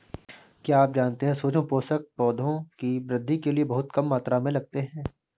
क्या आप जानते है सूक्ष्म पोषक, पौधों की वृद्धि के लिये बहुत कम मात्रा में लगते हैं?